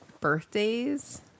Birthdays